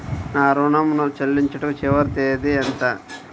నా ఋణం ను చెల్లించుటకు చివరి తేదీ ఎంత?